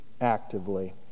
actively